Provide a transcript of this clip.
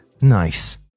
Nice